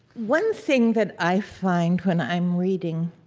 one thing that i find when i'm reading,